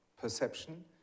perception